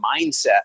mindset